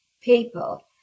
people